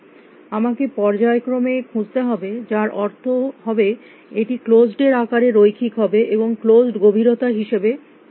আমাকে পর্যায়ক্রমে খুঁজতে হবে যার অর্থ হবে এটি ক্লোস্ড এর আকারে রৈখিক হবে এবং ক্লোস্ড গভীরতা হিসাবে কিভাবে যাচ্ছে